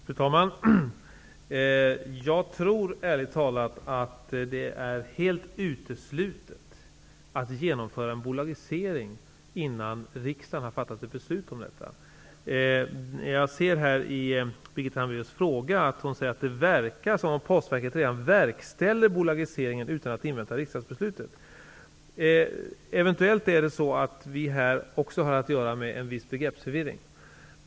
Fru talman! Jag tror ärligt talat att det är helt uteslutet att genomföra en bolagisering innan riksdagen har fattat ett beslut om detta. Jag ser att Birgitta Hambraeus i sin fråga säger att det ser ut som om att Postverket verkställer bolagiseringen utan att invänta riksdagsbeslutet. Eventuellt har vi också här att göra med en viss begreppsförvirring.